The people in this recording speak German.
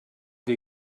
wir